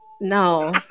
no